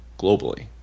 globally